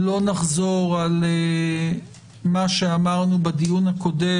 לא נחזור על מה שאמרנו בדיון הקודם,